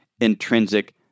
intrinsic